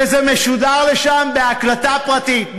וזה משודר לשם בהקלטה פרטית.